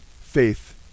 faith